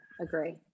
Agree